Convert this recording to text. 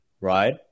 right